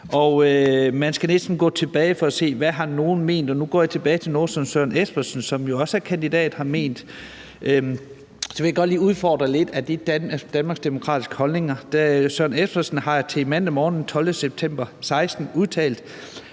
Man skal næsten gå tilbage for at se, hvad nogle har ment. Nu går jeg tilbage til noget, som Søren Espersen, som jo også er kandidat, har ment. Jeg vil godt lige udfordre det lidt. Er det danmarksdemokratiske holdninger? Søren Espersen har til Mandag Morgen den 12. september 2016 udtalt: